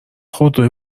خودروی